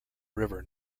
river